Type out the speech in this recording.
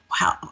wow